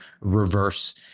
reverse